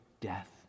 death